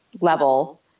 level